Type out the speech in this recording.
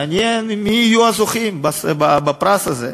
מעניין מי יהיו הזוכים בפרס הזה.